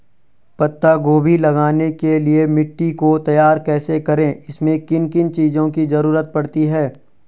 पत्ता गोभी लगाने के लिए मिट्टी को तैयार कैसे करें इसमें किन किन चीज़ों की जरूरत पड़ती है?